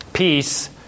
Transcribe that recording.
Peace